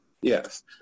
yes